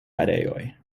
areoj